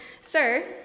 sir